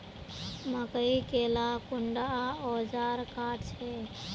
मकई के ला कुंडा ओजार काट छै?